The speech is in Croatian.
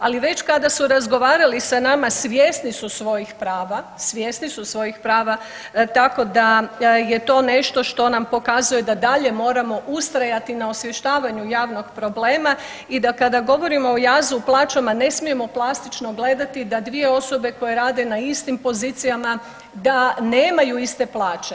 Ali već kada su razgovarali sa nama svjesni su svojih prava tako da je to nešto što nam pokazuje da dalje moramo ustrajati na osvještavanju javnog problema i da kada govorimo o jazu u plaćama ne smijemo plastično gledati da dvije osobe koje rade na istim pozicijama da nemaju iste plaće.